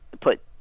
put